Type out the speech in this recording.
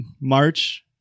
March